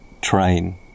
train